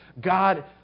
God